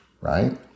right